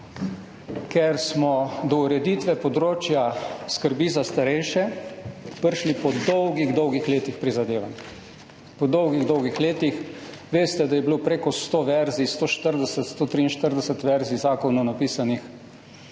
ker smo do ureditve področja skrbi za starejše prišli po dolgih dolgih letih prizadevanj, po dolgih dolgih letih. Veste, da je bilo prek 100 verzij, 140, 143 verzij zakonov napisanih.